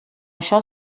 això